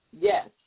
yes